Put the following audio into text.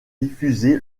diffusée